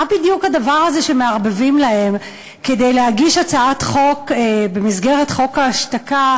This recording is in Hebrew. מה בדיוק הדבר הזה שמערבבים להם כדי להגיש הצעת חוק במסגרת חוק ההשתקה,